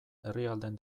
herrialdeen